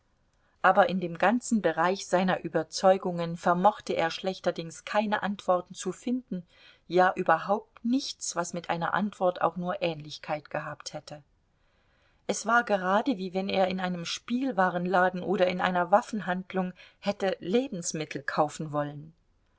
aber in dem ganzen bereich seiner überzeugungen vermochte er schlechterdings keine antworten zu finden ja überhaupt nichts was mit einer antwort auch nur ähnlichkeit gehabt hätte es war gerade wie wenn er in einem spielwarenladen oder in einer waffenhandlung hätte lebensmittel kaufen wollen